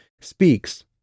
speaks